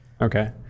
Okay